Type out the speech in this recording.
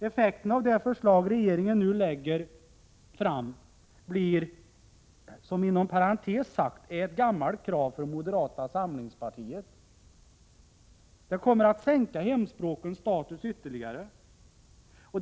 Effekten av det förslag regeringen nu lägger fram, som inom parentes sagt är ett gammalt krav från moderata samlingspartiet, blir att hemspråkens status ytterligare minskas.